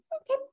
okay